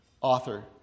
author